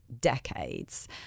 decades